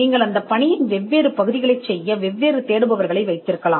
வேலையின் வெவ்வேறு பகுதிகளைச் செய்யும் வெவ்வேறு தேடுபவர்களையும் நீங்கள் கொண்டிருக்கலாம்